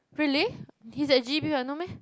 really he's at j_b what no meh